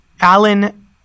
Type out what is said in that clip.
Alan